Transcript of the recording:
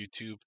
YouTube